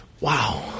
Wow